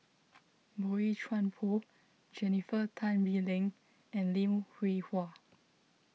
Boey Chuan Poh Jennifer Tan Bee Leng and Lim Hwee Hua